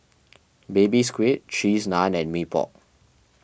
Baby Squid Cheese Naan and Mee Pok